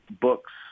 books